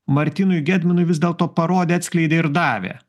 martynui gedminui vis dėlto parodė atskleidė ir davė